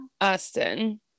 Austin